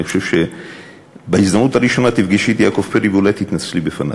אני חושב שבהזדמנות הראשונה תפגשי את יעקב פרי ואולי תתנצלי בפניו,